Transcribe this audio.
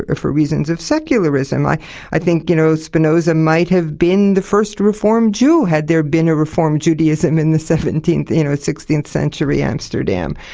for reasons of secularism. i i think, you know, spinoza might have been the first reform jew, had there been a reform judaism in the seventeenth, you know, sixteenth century amsterdam.